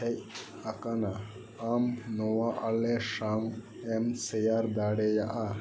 ᱦᱮᱡ ᱟᱠᱟᱱᱟ ᱟᱢ ᱱᱚᱣᱟ ᱟᱞᱮ ᱥᱟᱶᱮᱢ ᱥᱮᱭᱟᱨ ᱫᱟᱲᱮᱭᱟᱜᱼᱟ